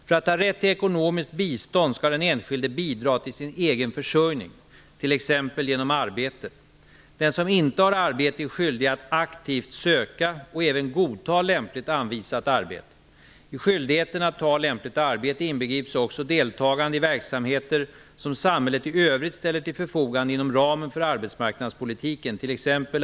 För att ha rätt till ekonomiskt bistånd skall den enskilde bidra till sin egen försörjning, t.ex. genom arbete. Den som inte har arbete är skyldig att aktivt söka och även godta lämpligt anvisat arbete. I skyldigheten att ta lämpligt arbete inbegrips också deltagande i verksamheter som samhället i övrigt ställer till förfogande inom ramen för arbetsmarknadspolitiken, t.ex.